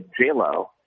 J-Lo